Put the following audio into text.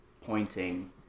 pointing